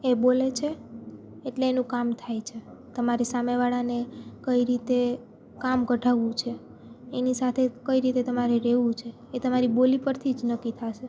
એ બોલે છે એટલે એનું કામ થાય છે તમારી સામેવાળાને કઈ રીતે કામ કઢાવું છે એની સાથે કઈ રીતે તમારે રહેવું છે એ તમારી બોલી પરથી જ નક્કી થશે